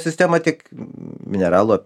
sistemą tiek mineralų